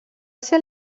ser